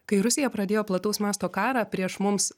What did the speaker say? kai rusija pradėjo plataus masto karą prieš mums